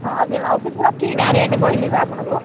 ହଁ ଯେ ମାଉସୀ ପୁରା କିଣା ରେଟ୍ କହିଲି ପା ଆପଣଙ୍କୁ